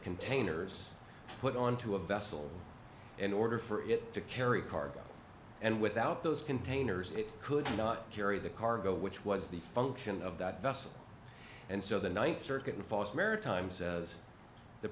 containers put onto a vessel in order for it to carry cargo and without those containers it could not carry the cargo which was the function of that vessel and so the th circuit in false maritime says the